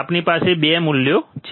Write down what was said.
આપણી પાસે 2 મૂલ્યો છે